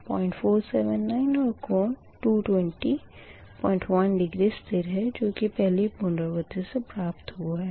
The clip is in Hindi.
0479 और कोण 2201 डिग्री स्थिर है जो कि पहली पुनरावर्ती से प्राप्त हुआ है